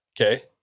Okay